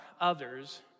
others